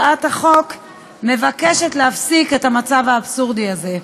והצעת החוק מבקשת להפסיק את המצב האבסורדי הזה.